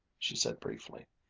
she said briefly,